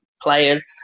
players